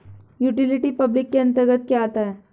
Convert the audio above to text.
Utility public के अंतर्गत क्या आता है?